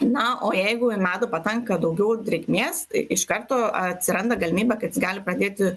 na o jeigu į medų patenka daugiau drėgmės iš karto atsiranda galimybė kad jis gali pradėti